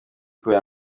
kubera